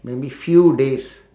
maybe few days